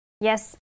yes